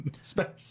Special